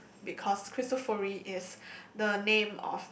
because cristofori is the name of